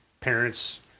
parents